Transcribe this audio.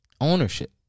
Ownership